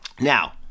Now